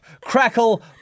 crackle